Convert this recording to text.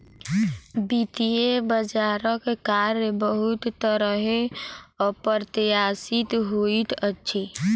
वित्तीय बजारक कार्य बहुत तरहेँ अप्रत्याशित होइत अछि